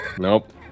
Nope